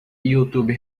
youtube